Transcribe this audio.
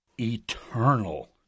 eternal